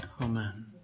Amen